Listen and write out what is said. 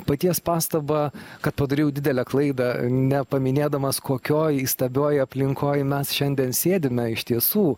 paties pastabą kad padariau didelę klaidą nepaminėdamas kokioj įstabioj aplinkoj mes šiandien sėdime iš tiesų